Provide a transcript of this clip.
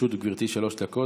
לרשות גברתי שלוש דקות.